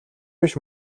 биш